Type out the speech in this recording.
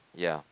ya